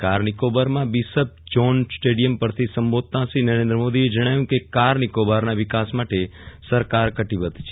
car નિકોબારમાં bishop John stadium પરથી સંબોધતાં શ્રી નરેન્દ્ર મોદીએ જણાવ્યું કે કારનિકોબારના વિકાસ માટે સરકાર કટિબદ્વ છે